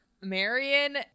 Marion